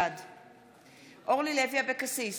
אורלי לוי אבקסיס,